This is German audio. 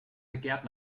begehrt